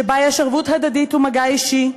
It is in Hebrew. שבה יש ערבות הדדית ומגע אישי,